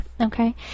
okay